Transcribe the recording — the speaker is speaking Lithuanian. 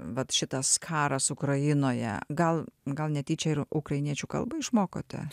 vat šitas karas ukrainoje gal gal netyčia ir ukrainiečių kalbą išmokote